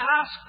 ask